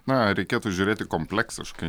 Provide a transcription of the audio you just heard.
na reikėtų žiūrėti kompleksiškai